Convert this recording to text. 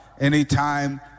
anytime